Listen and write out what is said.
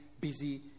busy